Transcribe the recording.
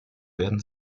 werden